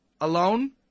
alone